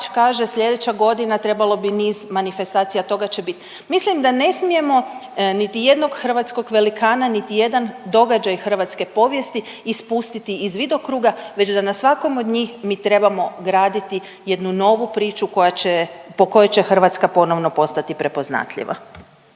kaže slijedeća godina trebamo bi niz manifestacija, toga će bit. Mislim da ne smijemo niti jednog hrvatskog velikana niti jedan događaj hrvatske povijesti ispustiti iz vidokruga već da na svakom od njih mi trebamo graditi jednu novu priču koja će, po kojoj će Hrvatska ponovno postati prepoznatljiva.